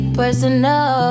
personal